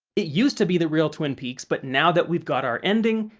it used to be the real twin peaks, but now that we've got our ending,